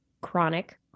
chronic